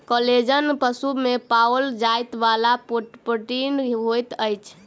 collagen पशु में पाओल जाइ वाला प्रोटीन होइत अछि